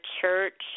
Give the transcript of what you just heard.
church